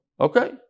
Okay